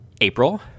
April